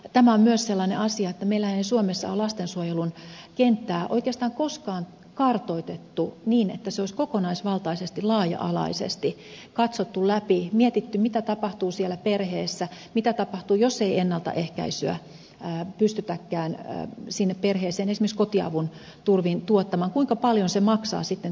tämä on myös sellainen asia että meillähän ei suomessa ole lastensuojelun kenttää oikeastaan koskaan kartoitettu niin että se olisi kokonaisvaltaisesti laaja alaisesti katsottu läpi mietitty mitä tapahtuu siellä perheessä mitä tapahtuu jos ei ennaltaehkäisyä pystytäkään sinne perheeseen esimerkiksi kotiavun turvin tuottamaan kuinka paljon se maksaa sitten tulevaisuudessa